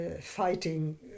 fighting